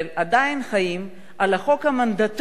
עדיין חיים לפי החוק המנדטורי,